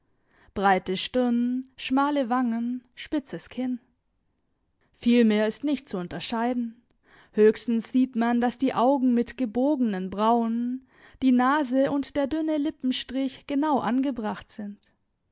breite stirn schmale wangen spitzes kinn viel mehr ist nicht zu unterscheiden höchstens sieht man daß die augen mit gebogenen brauen die nase und der dünne lippenstrich genau angebracht sind